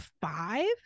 five